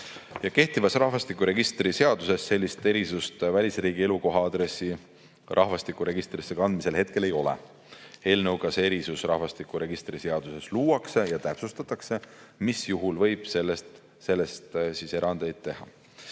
Kehtivas rahvastikuregistri seaduses sellist erisust välisriigi elukoha aadressi rahvastikuregistrisse kandmisel ei ole. Eelnõuga see erisus rahvastikuregistri seaduses luuakse ja täpsustatakse, mis juhul võib erandeid teha.